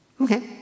Okay